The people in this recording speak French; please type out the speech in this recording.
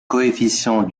coefficients